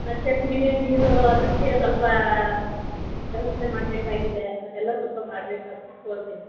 ಮತ್ತು ಕುಡಿಯೋ ನೀರು ಅದಕ್ಕೆ ಸ್ವಲ್ಪ ವ್ಯವಸ್ಥೆ ಮಾಡಬೇಕಾಗಿದೆ ಅದೆಲ್ಲ ಸ್ವಲ್ಪ ಮಾಡ್ಬೇಕು ಅಂತ ಕೇಳ್ತೀನಿ